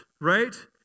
right